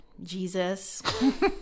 Jesus